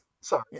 Sorry